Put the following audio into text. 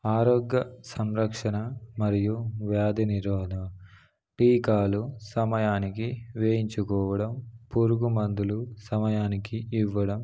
ఆరోగ్య సంరక్షణ మరియు వ్యాధినిరోధక టీకాలు సమయానికి వేయించుకోవడం పురుగు మందులు సమయానికి ఇవ్వడం